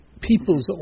people's